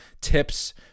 tips